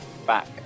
Back